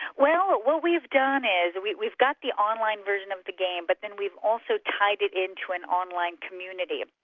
well what we've done is we've we've got the online version of the game, but then we've also tied it into an online community.